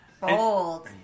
Bold